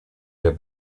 der